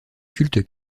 culte